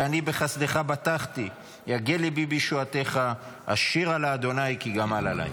ואני בחסדך בטחתי יגל לבי בישועתך אשירה לה' כי גמל עלי".